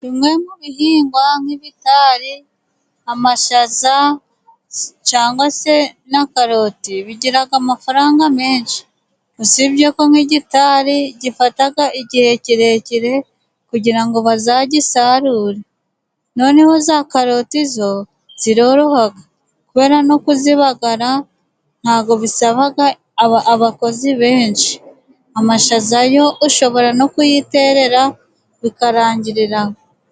Bimwe mu bihingwa nk'ibitari, amashaza cyangwa se na karoti bigira amafaranga menshi. Usibye ko nk'igitari gifata igihe kirekire kugira ngo bazagisarure. Noneho za karoti zo ziroroha kubera ko no kuzibagara nta bwo bisaba abakozi benshi. Amashaza yo ushobora no kuyiterera bikarangirira aho.